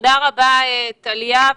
תודה רבה טליה.